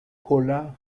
cola